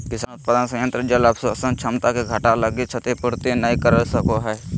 किसान उत्पादन संयंत्र जल अवशोषण क्षमता के घटा लगी क्षतिपूर्ति नैय कर सको हइ